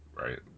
right